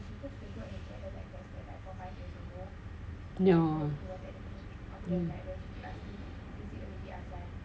no um